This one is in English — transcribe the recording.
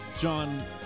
John